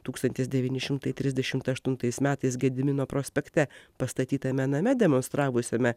tūkstantis devyni šimtai trisdešimt aštuntais gedimino prospekte pastatytame name demonstravusiame